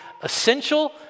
essential